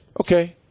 okay